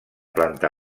planta